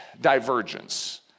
divergence